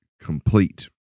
complete